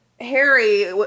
Harry